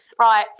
Right